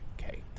Okay